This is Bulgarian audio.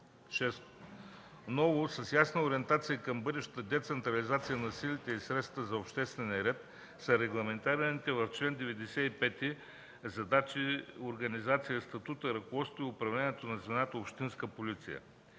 Шесто, ново, с ясна ориентация към бъдещата децентрализация на силите и средствата за обществения ред са регламентираните в чл. 95 задачи, организация, статут, ръководство и управление на звената „Общинска полиция”.